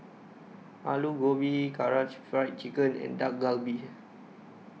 Alu Gobi Karaage Fried Chicken and Dak Galbi